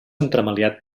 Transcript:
entremaliat